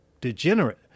degenerate